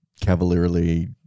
cavalierly